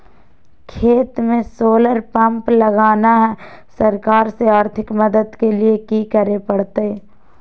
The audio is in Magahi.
खेत में सोलर पंप लगाना है, सरकार से आर्थिक मदद के लिए की करे परतय?